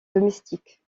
domestique